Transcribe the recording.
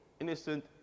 Innocent